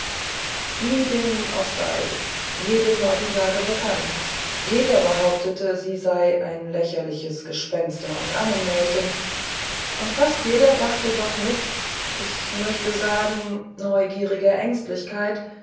wie dem nun auch sei jedem war die sage bekannt jeder behauptete sie sei ein lächerliches gespenster und ammenmärchen und fast jeder dachte doch mit ich möchte sagen neugieriger ängstlichkeit